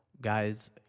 Guys